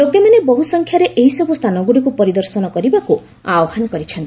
ଲୋକମାନେ ବହୁସଂଖ୍ୟାରେ ଏହିସବୁ ସ୍ଥାନଗୁଡ଼ିକୁ ପରିଦର୍ଶନ କରିବାକ୍ ଆହ୍ନାନ କରିଛନ୍ତି